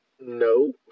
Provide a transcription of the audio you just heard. No